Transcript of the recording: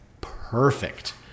perfect